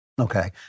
okay